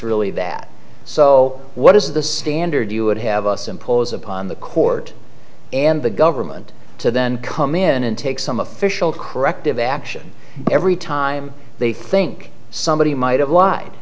really that so what is the standard you would have us impose upon the court and the government to then come in and take some official corrective action every time they think somebody might have lied